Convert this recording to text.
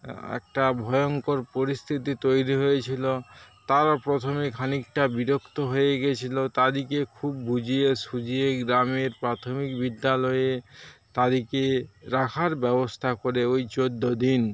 একটা ভয়ঙ্কর পরিস্থিতি তৈরি হয়েছিল তারা প্রথমে খানিকটা বিরক্ত হয়ে গেছিল তাদেরকে খুব বুঝিয়ে সুঝিয়ে গ্রামের প্রাথমিক বিদ্যালয়ে তাদেরকে রাখার ব্যবস্থা করে ওই চোদ্দো দিন